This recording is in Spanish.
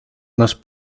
nos